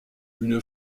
une